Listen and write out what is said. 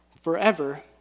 forever